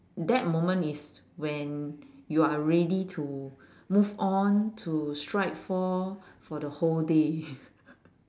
that moment is when you are ready to move on to stride for for the whole day